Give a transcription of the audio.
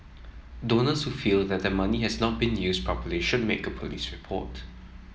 donors who feel that their money has not been used properly should make a police report